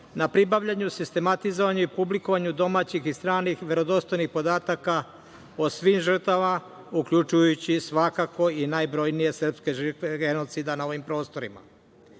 na pribavljanju, sistematizovanju i publikovanju domaćih i stranih verodostojnih podataka o svim žrtvama, uključujući svakako i najbrojnije srpske žrtve genocida na ovim prostorima. Neophodni